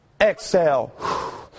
exhale